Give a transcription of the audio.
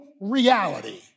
reality